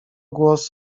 głos